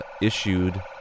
issued